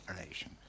operation